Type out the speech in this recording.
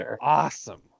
awesome